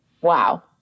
Wow